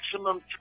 Maximum